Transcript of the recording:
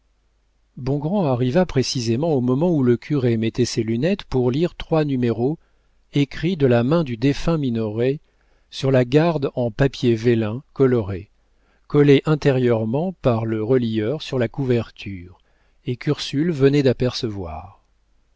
bongrand arriva précisément au moment où le curé mettait ses lunettes pour lire trois numéros écrits de la main du défunt minoret sur la garde en papier vélin coloré collée intérieurement par le relieur sur la couverture et qu'ursule venait d'apercevoir